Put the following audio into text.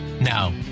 Now